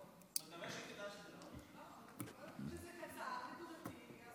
בשנים האחרונות המערכת הפוליטית והמדינה כולה סבות סביב המתח בין מדינת